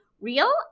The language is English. real